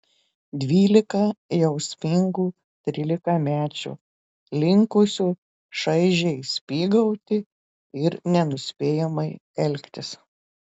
dvylika jausmingų trylikamečių linkusių šaižiai spygauti ir nenuspėjamai elgtis